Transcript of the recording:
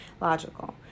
logical